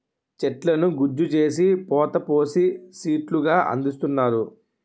చెట్లను గుజ్జు చేసి పోత పోసి సీట్లు గా అందిస్తున్నారు